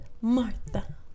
Martha